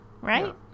right